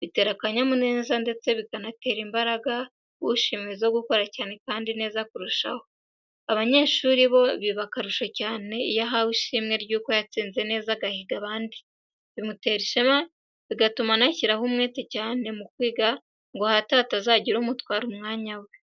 bitera akanyamuneza ndetse bikanatera imbaraga ushimiwe zo gukora cyane kandi neza kurusha ho. Abanyeshuri bo biba akarusho cyane iyo ahawe ishimwe ry'uko yatsinze neza agahiga abandi bimutera ishema bigatuma anashyiraho umwete cyane mu kwiga ngo hato hatazagira umutwara umwanya we.